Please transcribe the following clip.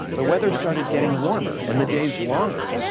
the weather started getting warmer and the days longer,